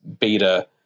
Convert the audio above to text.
beta